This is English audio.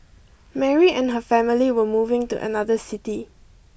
Mary and her family were moving to another city